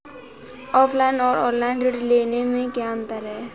Offline और online ऋण लेने में क्या अंतर है?